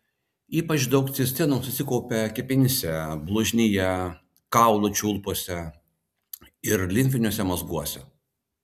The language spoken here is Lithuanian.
ypač daug cistino susikaupia kepenyse blužnyje kaulų čiulpuose ir limfiniuose mazguose